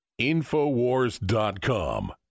InfoWars.com